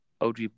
OG